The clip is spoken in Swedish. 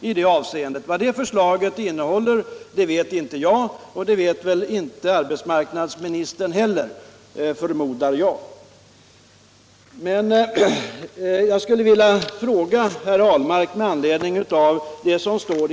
Vad det förslaget innehåller vet inte jag, och det vet väl inte heller arbetsmarknadsministern.